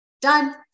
Done